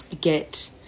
get